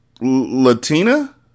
Latina